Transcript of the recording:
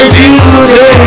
beauty